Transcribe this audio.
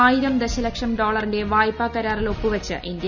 ആയിരം ദശലക്ഷം ഡോളറിന്റെ വായ്പ്പ ക്രാറിൽ ഒപ്പുവെച്ച് ഇന്ത്യ